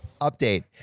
Update